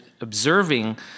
observing